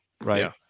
right